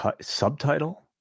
subtitle